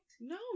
No